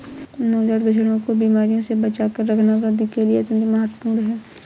नवजात बछड़ों को बीमारियों से बचाकर रखना वृद्धि के लिए अत्यंत महत्वपूर्ण है